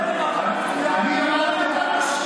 למה אתה משמיץ?